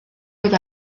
oedd